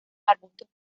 arbustos